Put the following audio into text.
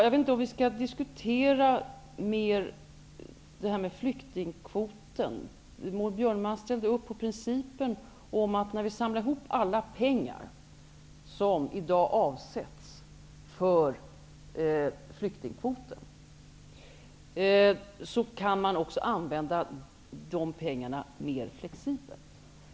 Jag vet inte om vi skall diskutera flyktingkvoten mer. Maud Björnemaln ställde upp på principen om att om vi samlar ihop alla pengar som i dag avsätts för flyktingkvoten kan vi också använda dessa pengar mer flexibelt.